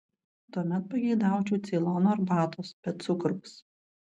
tuomet pageidaučiau ceilono arbatos be cukraus